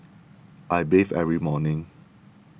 I bathe every morning